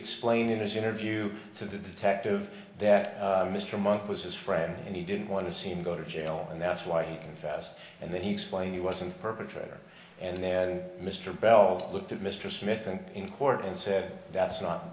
explained in his interview to the detective that mr monk was his friend and he didn't want to see him go to jail and that's why he confessed and then he explained he wasn't perpetrator and then mr bell looked at mr smith and in court and said that's not